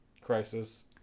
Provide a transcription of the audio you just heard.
Crisis